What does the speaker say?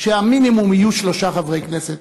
שהמינימום יהיה שלושה חברי כנסת.